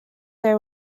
they